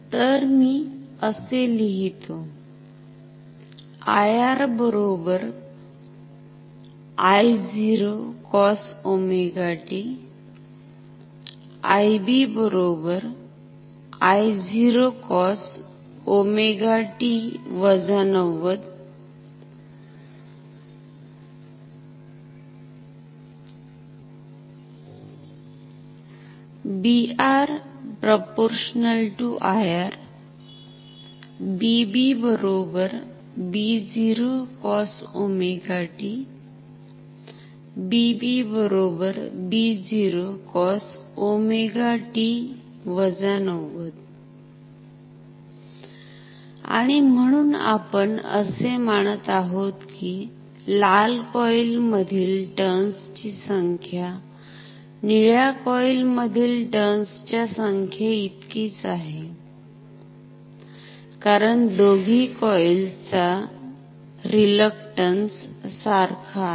तर मी असे लिहितो IR I0 cos 𝜔 t IB I0 cos 𝜔 t 90 BR 𝛼 IR BB B0 cos 𝜔 t BB B0 cos 𝜔𝑡−90 आणि म्हणुन आपण असे मानत आहोत कि लाल कॉईल मधील र्ट्न्स ची संख्या निळ्या कॉईल मधील र्ट्न्स च्या संख्येइतकीच आहे कारण दोघी कॉइल्स चा रीलकटन्स सारखा आहे